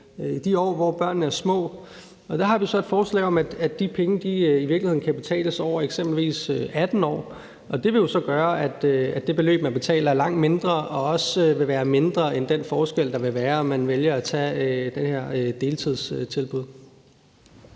de år, hvor børnene er små. Der har vi så et forslag om, at de penge i virkeligheden kan betales over eksempelvis 18 år, og det vil jo så gøre, at det beløb, man betaler, er langt mindre og også vil være mindre end den forskel, der vil være, i forhold til om man vælger at tage imod